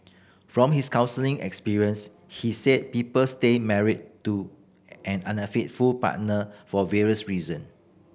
from his counselling experience he said people stay married to an unfaithful partner for various reason